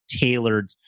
tailored